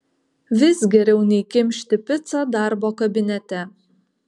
vis geriau nei kimšti picą darbo kabinete